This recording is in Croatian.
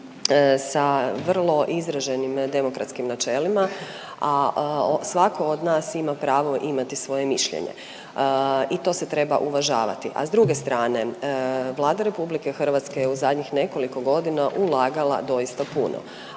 sa vrlo izraženim demokratskim načelima, a svatko od nas ima pravo imati svoje mišljenje i to se treba uvažavati. A s druge strane, Vlada RH je u zadnjih nekoliko godina ulagala doista puno,